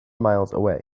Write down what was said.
miles